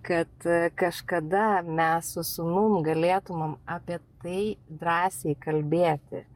kad kažkada mes su sūnum galėtumėm apie tai drąsiai kalbėti